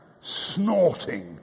snorting